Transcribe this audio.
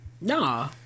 nah